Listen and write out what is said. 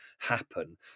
happen